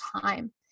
time